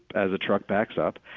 as the truck backs up,